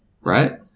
Right